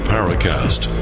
Paracast